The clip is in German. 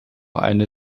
eine